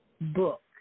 book